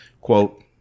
quote